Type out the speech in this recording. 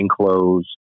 clothes